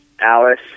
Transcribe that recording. Alice